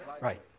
Right